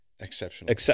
Exceptional